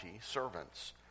servants